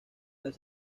las